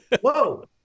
whoa